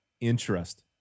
interest